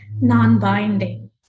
non-binding